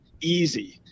Easy